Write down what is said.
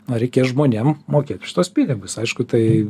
na reikės žmonėm mokėti už tuos pinigus aišku tai